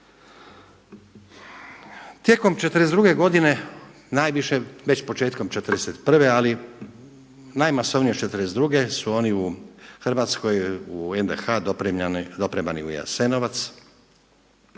Tijekom '42. godine najviše već početkom '41. ali najmasovnije '42. su one u Hrvatskoj u NDH dopremani u Jasenovac,